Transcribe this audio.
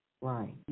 Right